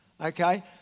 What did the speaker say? Okay